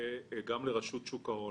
גם לרשות שוק ההון.